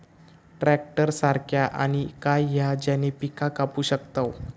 Tractor सारखा आणि काय हा ज्याने पीका कापू शकताव?